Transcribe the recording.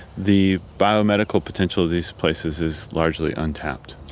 the biomedical potential of these places is largely untapped.